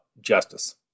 justice